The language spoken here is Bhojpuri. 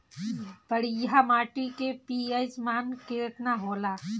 बढ़िया माटी के पी.एच मान केतना होला?